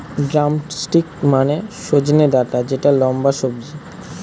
drumstick মানে সজনে ডাটা যেটা লম্বা সবজি